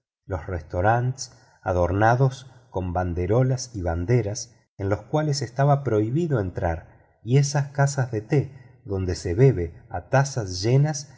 los restaurantes adornados con banderolas y banderas en los cuales estaba prohibido entrar y esas casas de té donde se bebe a tazas llenas